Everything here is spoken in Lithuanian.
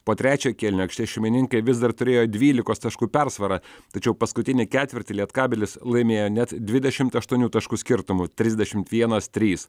po trečio kėlinio aikštės šeimininkai vis dar turėjo dvylikos taškų persvarą tačiau paskutinį ketvirtį lietkabelis laimėjo net dvidešimt aštuonių taškų skirtumu trisdešimt vienas trys